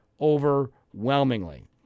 overwhelmingly